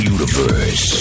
Universe